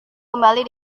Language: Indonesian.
kembali